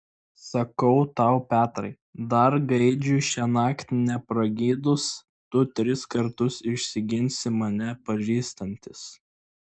sakau tau petrai dar gaidžiui šiąnakt nepragydus tu tris kartus išsiginsi mane pažįstantis